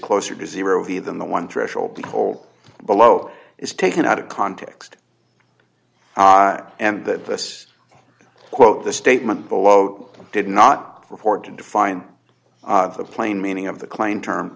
closer to zero v than the one threshold the whole below is taken out of context and that this quote the statement below did not report to define the plain meaning of the claimed term